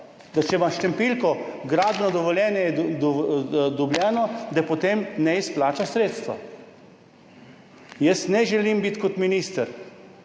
če imaš štampiljko, gradbeno dovoljenje je dobljeno, da potem ne izplača sredstev. Jaz ne želim biti kot minister,